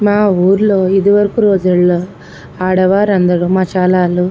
మా ఊళ్ళో ఇది వరకు రోజుల్లో ఆడవారందరూ మసాలాలు